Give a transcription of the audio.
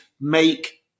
make